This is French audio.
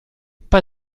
pas